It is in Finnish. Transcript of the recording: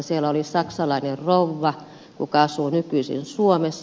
siellä oli saksalainen rouva joka asuu nykyisin suomessa